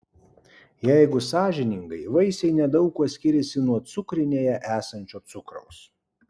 jeigu sąžiningai vaisiai nedaug kuo skiriasi nuo cukrinėje esančio cukraus